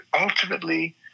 ultimately